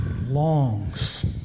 longs